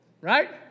Right